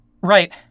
Right